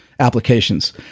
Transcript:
applications